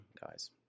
guys